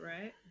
Right